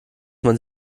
man